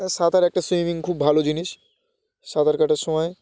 হ্যাঁ সাঁতার একটা সুইমিং খুব ভালো জিনিস সাঁতার কাটার সময়